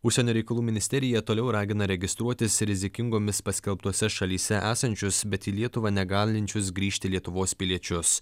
užsienio reikalų ministerija toliau ragina registruotis rizikingomis paskelbtose šalyse esančius bet į lietuvą negalinčius grįžti lietuvos piliečius